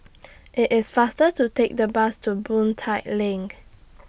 IT IS faster to Take The Bus to Boon Tat LINK